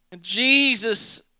Jesus